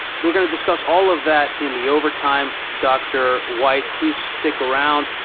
we're going to discuss all of that in the overtime, dr. white. please stick around.